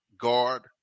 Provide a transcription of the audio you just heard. guard